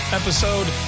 episode